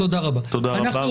תודה פרופסור שלמון.